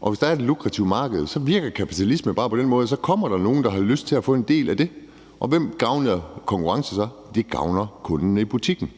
Og hvis der er et lukrativt marked, virker kapitalismen bare på den måde, at så kommer der nogle, der har lyst til at få en del af det. Og hvem gavner konkurrencen så? Den gavner kunderne i butikken.